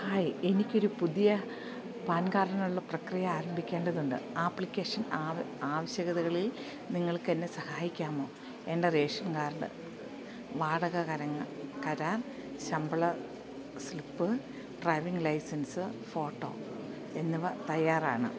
hi എനിക്കൊരു പുതിയ PAN കാർഡിനുള്ള പ്രക്രിയ ആരംഭിക്കേണ്ടതുണ്ട് ആപ്ലിക്കേഷൻ ആവശ്യകതകളിൽ നിങ്ങൾക്കെന്നെ സഹായിക്കാമോ എന്റെ റേഷൻ കാർഡ് വാടക കരാർ ശമ്പള സ്ലിപ്പ് ഡ്രൈവിങ് ലൈസൻസ്സ് ഫോട്ടോ എന്നിവ തയ്യാറാണ്